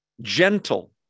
gentle